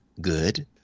good